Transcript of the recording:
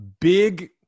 big